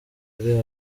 ari